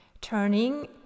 turning